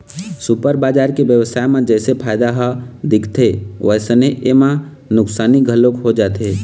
super बजार के बेवसाय म जइसे फायदा ह दिखथे वइसने एमा नुकसानी घलोक हो जाथे